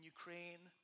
Ukraine